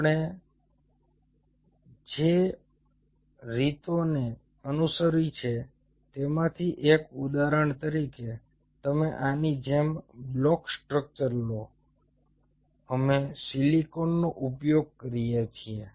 આપણે જે રીતોને અનુસરી છે તેમાંથી એક ઉદાહરણ તરીકે તમે આની જેમ બ્લોક સ્ટ્રક્ચર લો અમે સિલિકોનનો ઉપયોગ કરીએ છીએ